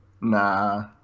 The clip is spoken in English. Nah